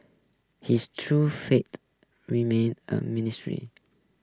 his true fate remains a ministry